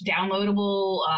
downloadable